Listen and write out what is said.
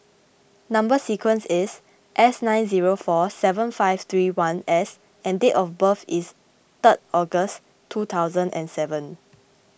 Number Sequence is S nine zero four seven five three one S and date of birth is three August two thousand and seven